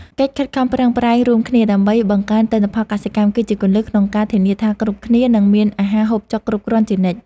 កិច្ចខិតខំប្រឹងប្រែងរួមគ្នាដើម្បីបង្កើនទិន្នផលកសិកម្ម គឺជាគន្លឹះក្នុងការធានាថាគ្រប់គ្នានឹងមានអាហារហូបចុកគ្រប់គ្រាន់ជានិច្ច។